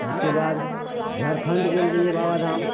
ओहिके बाद झारखण्ड गेल रहिए बाबाधाम